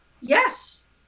Yes